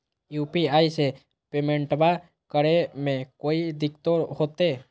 UPI से पेमेंटबा करे मे कोइ दिकतो होते?